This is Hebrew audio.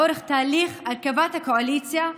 לאורך תהליך הרכבת הקואליציה,